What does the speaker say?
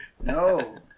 No